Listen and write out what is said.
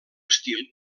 estil